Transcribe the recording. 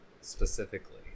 Specifically